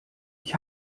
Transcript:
ich